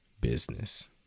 business